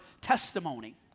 testimony